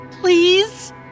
Please